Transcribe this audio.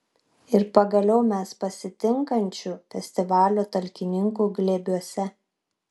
ir pagaliau mes pasitinkančių festivalio talkininkų glėbiuose